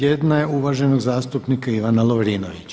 Jedna je uvaženog zastupnika Ivana Lovrinovića.